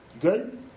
Good